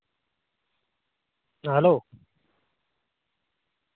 ᱦᱮᱸ ᱦᱮᱞᱳ